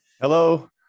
hello